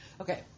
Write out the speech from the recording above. Okay